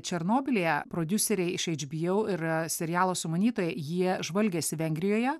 černobylyje prodiuseriai iš eidžbieu yra serialo sumanytojai jie žvalgėsi vengrijoje